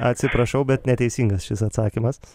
atsiprašau neteisingas šis atsakymas